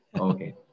Okay